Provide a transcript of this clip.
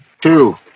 Two